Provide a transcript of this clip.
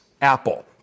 Apple